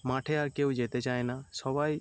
মাঠে আর কেউ যেতে চায় না সবাই